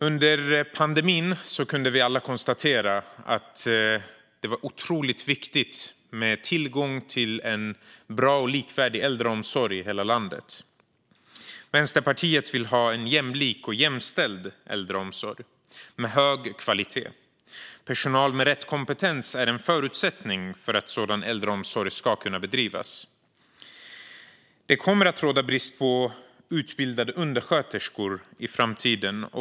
Under pandemin kunde vi alla konstatera att det var otroligt viktigt med tillgång till en bra och likvärdig äldreomsorg i hela landet. Vänsterpartiet vill ha en jämlik och jämställd äldreomsorg med hög kvalitet. Personal med rätt kompetens är en förutsättning för att sådan äldreomsorg ska kunna bedrivas. Det kommer att råda brist på utbildade undersköterskor i framtiden.